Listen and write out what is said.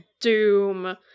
Doom